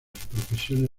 profesiones